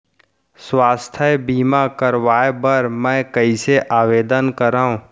स्वास्थ्य बीमा करवाय बर मैं कइसे आवेदन करव?